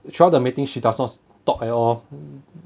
throughout the meeting she does not talk at all